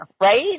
right